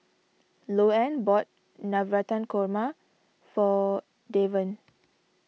Louann bought Navratan Korma for Deven